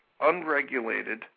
unregulated